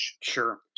sure